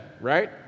right